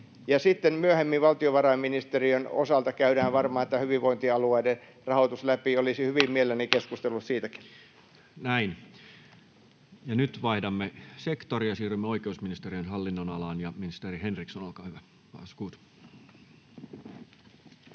myöhemmin valtiovarainministeriön osalta käydään varmaan tämä hyvinvointialueiden rahoitus läpi. Olisin hyvin mielelläni keskustellut siitäkin. Näin. — Ja nyt vaihdamme sektoria. Siirrymme oikeusministeriön hallinnonalaan. — Ja ministeri Henriksson, olkaa hyvä, varsågod.